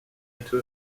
into